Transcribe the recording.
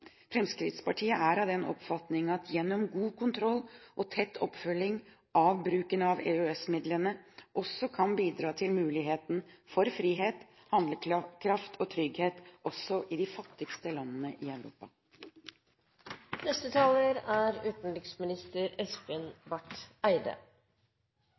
Fremskrittspartiet er av den oppfatning at god kontroll og tett oppfølging av bruken av EØS-midlene kan bidra til muligheten for frihet, handlekraft og trygghet også i de fattigste landene i